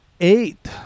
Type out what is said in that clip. Eight